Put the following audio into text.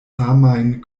samajn